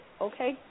Okay